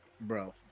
bro